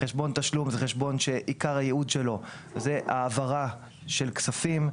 חשבון תשלום הוא חשבון שעיקר הייעוד שלו הוא העברה של כספים.